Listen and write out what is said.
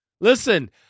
Listen